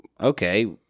okay